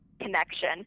connection